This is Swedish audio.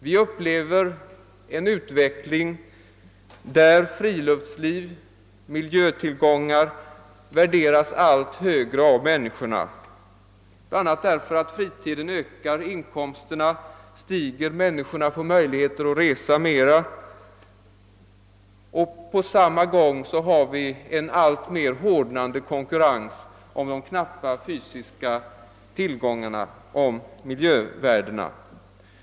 Vi upplever en utveckling där friluftsliv och miljötillgångar värderas allt högre, bl.a. därför att fritiden ökar, inkomsterna ökar och människorna får möjligheter att resa mera. På samma gång har vi en alltmer hårdnande konkurrens om de knappa fysiska tillgångarna och miljövärdena.